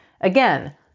Again